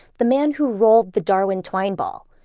the man who rolled the darwin twine ball,